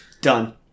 Done